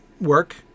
work